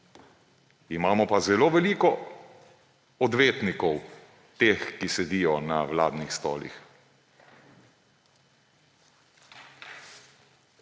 Imamo pa zelo veliko odvetnikov teh, ki sedijo na vladnih stolih.